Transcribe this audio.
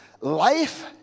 life